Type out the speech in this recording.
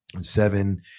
seven